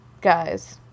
guys